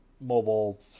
mobile